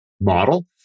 model